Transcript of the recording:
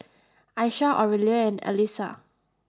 Aisha Aurelia and Allyssa